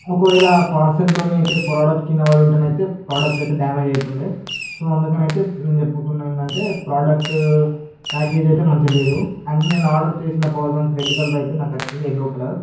ఒకవేళ పార్సెల్తోని అయితే ప్రోడక్ట్ కింద పడి ఉంటె అయితే ప్రోడక్ట్ అయితే డ్యామేజ్ అవుతుండే సో అందుకని అయితే నేను చెప్తుందేంటంటే ప్రోడక్ట్ ప్యాకేజ్ అయితే మంచిగా లేదు అదీ నేను ఆర్డర్ చేసిన పవర్ బ్యాంక్ రెడ్ కలర్ అయితే నాకు వచ్చింది యెల్లో కలర్